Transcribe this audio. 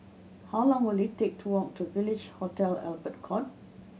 how long will it take to walk to Village Hotel Albert Court